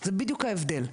זה בדיוק ההבדל.